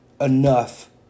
enough